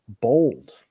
bold